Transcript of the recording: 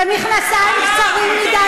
ומכנסיים קצרים מדי,